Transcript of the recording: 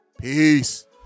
Peace